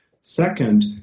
Second